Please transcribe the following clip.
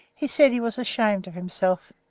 he said he was ashamed of himself.